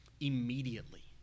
immediately